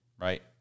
Right